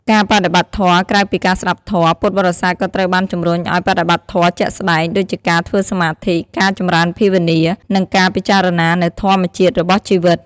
ការបដិបត្តិធម៌ ក្រៅពីការស្ដាប់ធម៌ ពុទ្ធបរិស័ទក៏ត្រូវបានជំរុញឱ្យបដិបត្តិធម៌ជាក់ស្តែង ដូចជាការធ្វើសមាធិ ការចម្រើនភាវនា និងការពិចារណានូវធម្មជាតិរបស់ជីវិត។